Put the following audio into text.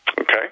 Okay